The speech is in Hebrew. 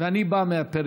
ואני בא מהפריפריה.